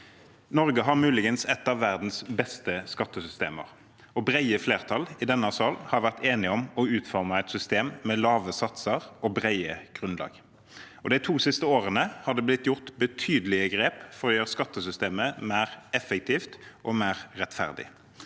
Norge har muligens et av verdens beste skattesystemer. Brede flertall i denne salen har vært enige om å utforme et system med lave satser og brede grunnlag. De to siste årene har det blitt gjort betydelige grep for å gjøre skattesystemet mer effektivt og mer rettferdig.